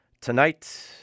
tonight